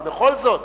אבל בכל זאת,